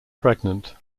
pregnant